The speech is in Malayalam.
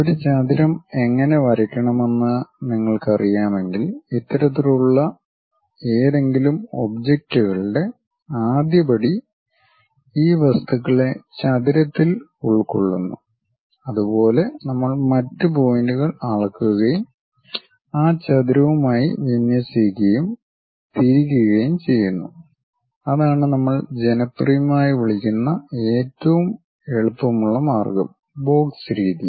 ഒരു ചതുരം എങ്ങനെ വരയ്ക്കണമെന്ന് നിങ്ങൾക്കറിയാമെങ്കിൽ ഇത്തരത്തിലുള്ള ഏതെങ്കിലും ഒബ്ജക്റ്റുകളുടെ ആദ്യ പടി ഈ വസ്തുക്കളെ ചതുരത്തിൽ ഉൾക്കൊള്ളുന്നു അതുപോലെ നമ്മൾ മറ്റ് പോയിന്റുകൾ അളക്കുകയും ആ ചതുരവുമായി വിന്യസിക്കുകയും തിരിക്കുകയും ചെയ്യുന്നു അതാണ് നമ്മൾ ജനപ്രിയമായി വിളിക്കുന്ന ഏറ്റവും എളുപ്പ മാർഗ്ഗം ബോക്സ് രീതി